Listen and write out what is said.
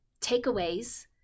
takeaways